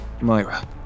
Myra